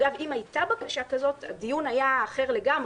אם הייתה בקשה כזאת הדיון היה אחר לגמרי,